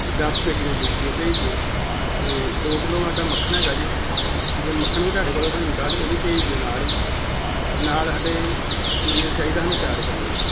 ਦਸ ਪੇਟੀਆਂ ਜੂਸ ਦੀਆਂ ਭੇਜ ਦਿਓ ਅਤੇ ਦੋ ਕਿਲੋ ਸਾਡਾ ਮੱਖਣ ਹੈਗਾ ਜੇ ਜੇ ਮੱਖਣ ਵੀ ਤੁਹਾਡੇ ਕੋਲ ਹੁੰਦਾ ਤਾਂ ਉਹ ਵੀ ਭੇਜ ਦਿਓ ਨਾਲ ਹੀ ਨਾਲ ਸਾਡੇ ਪਨੀਰ ਚਾਹੀਦਾ ਸਾਨੂੰ ਚਾਰ ਕਿਲੋ